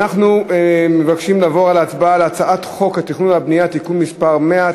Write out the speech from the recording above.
אנחנו מבקשים לעבור להצבעה על הצעת חוק התכנון והבנייה (תיקון מס' 100),